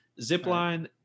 Zipline